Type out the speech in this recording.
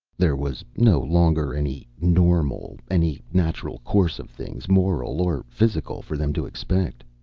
there was no longer any normal, any natural course of things, moral or physical, for them to expect.